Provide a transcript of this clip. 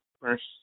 first